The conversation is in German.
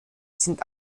sind